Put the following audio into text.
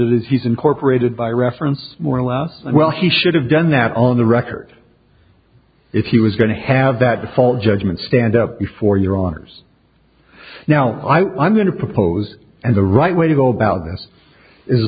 it he's incorporated by reference more or less well he should have done that on the record if he was going to have that the fall judgment stand up before your honor's now i'm going to propose and the right way to go about this